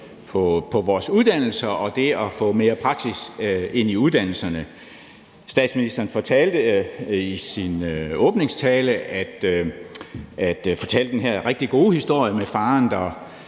på vores uddannelser og det at få mere praksis ind i uddannelserne. Statsministeren fortalte i sin åbningstale den her rigtig gode historie med faren, der